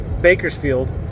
Bakersfield